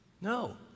No